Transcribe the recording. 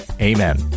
Amen